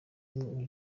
mwe